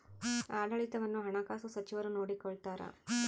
ಆಡಳಿತವನ್ನು ಹಣಕಾಸು ಸಚಿವರು ನೋಡಿಕೊಳ್ತಾರ